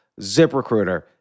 ZipRecruiter